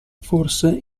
forse